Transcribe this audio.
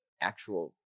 actual